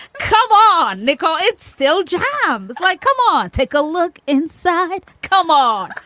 come ah on, nicole, it's still jam. it's like, come on, take a look inside. come on.